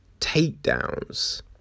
takedowns